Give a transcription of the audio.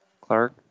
Clark